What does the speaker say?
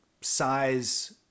size